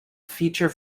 feature